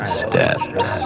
steps